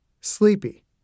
sleepy